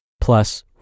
plus